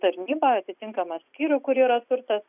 tarnybą atitinkamą skyrių kur yra turtas